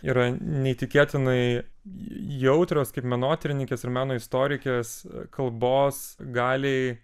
yra neįtikėtinai jautrios kaip menotyrininkės ir meno istorikės kalbos galiai